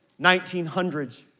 1900s